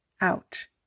ouch